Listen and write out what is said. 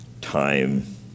time